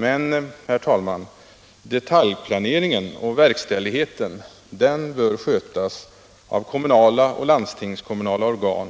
Men, herr talman, detaljplaneringen och verkställigheten bör skötas av kommunala och landstingskommunala organ,